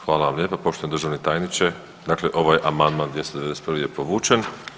Hvala vam lijepa poštovani državni tajniče, dakle ovaj amandman 291. je povučen.